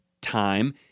time